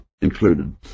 included